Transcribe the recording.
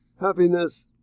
happiness